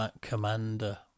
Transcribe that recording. commander